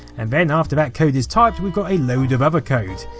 and then after that code is typed, we've got a load of other code.